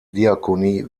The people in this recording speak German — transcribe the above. diakonie